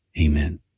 Amen